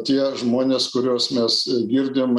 tie žmonės kuriuos mes girdim